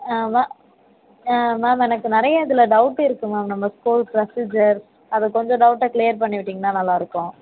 வா மேம் எனக்கு நிறைய இதில் டௌட் இருக்கு மேம் நம்ப ஸ்கூல் ப்ரொசீஜர் அதை கொஞ்சம் டௌட்டை க்ளியர் பண்ணிவிட்டிங்கன்னா நல்லா இருக்கும்